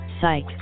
Psych